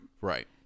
Right